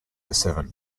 seven